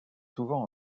souvent